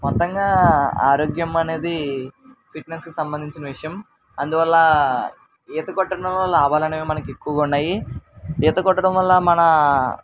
మొత్తంగా ఆరోగ్యం అనేది ఫిట్నెస్కి సంబంధించిన విషయం అందువల్ల ఈత కొట్టడంలో లాభాలనేవి మనకి ఎక్కువగా ఉన్నాయి ఈత కొట్టడం వల్ల మన